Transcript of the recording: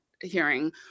hearing